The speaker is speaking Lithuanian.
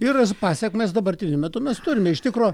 ir pasekmes dabartiniu metu mes turime iš tikro